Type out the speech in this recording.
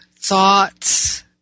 thoughts